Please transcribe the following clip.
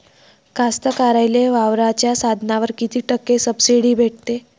कास्तकाराइले वावराच्या साधनावर कीती टक्के सब्सिडी भेटते?